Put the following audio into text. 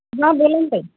हा बोला ना ताई